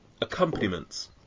accompaniments